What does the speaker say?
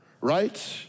right